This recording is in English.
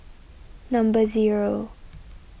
number zero